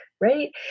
right